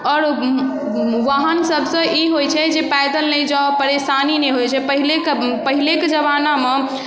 आओर वाहनसब से ई होइ छै जे पैदल नहि जाउ परेशानी नहि होइ छै पहिलेके पहिलेके जमानामे